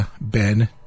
ben